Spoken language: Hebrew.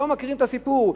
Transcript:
שלא מכירים את הסיפור,